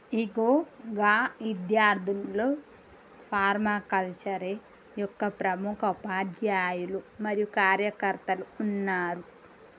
ఇగో గా ఇద్యార్థుల్లో ఫర్మాకల్చరే యొక్క ప్రముఖ ఉపాధ్యాయులు మరియు కార్యకర్తలు ఉన్నారు